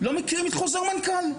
לא מכירים את חוזר המנכ"ל.